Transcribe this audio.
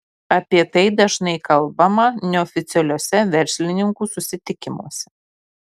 apie tai dažnai kalbama neoficialiuose verslininkų susitikimuose